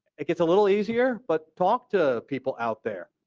it gets a little easier but talk to people out there,